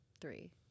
three